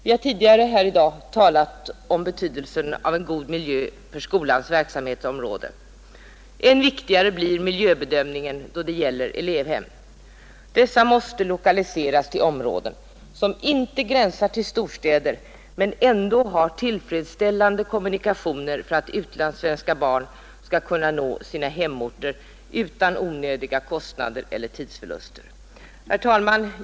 Vi har tidigare i dag talat om betydelsen av en god miljö för skolans verksamhetsområde, och än viktigare blir miljöbedömningen då det gäller elevhem. Dessa måste lokaliseras till områden som inte gränsar till storstäder men som ändå har tillfredsställande kommunikationer, så att utlandssvenska barn kan nå sina hemorter utan onödiga kostnader eller tidsförluster. Herr talman!